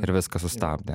ir viską sustabdė